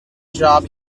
job